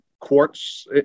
quartz